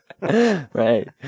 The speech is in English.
Right